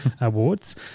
awards